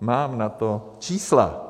Mám na to čísla.